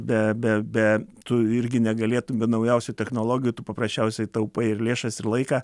be be be tu irgi negalėtum be naujausių technologijų tu paprasčiausiai taupai ir lėšas ir laiką